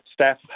staff